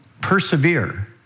persevere